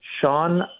Sean